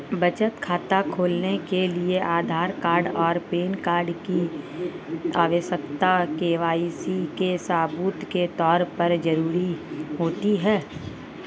बचत खाता खोलने के लिए आधार कार्ड और पैन कार्ड की आवश्यकता के.वाई.सी के सबूत के तौर पर ज़रूरी होती है